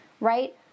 Right